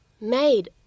made